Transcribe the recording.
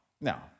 Now